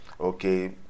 okay